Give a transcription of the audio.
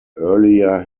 earlier